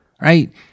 Right